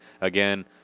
Again